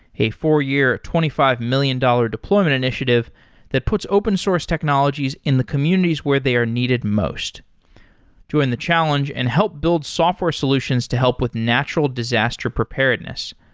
a four-year twenty five million dollars deployment initiative that puts open source technologies in the communities where they are needed most to win the challenge and help build software solutions to help with natural disaster preparedness.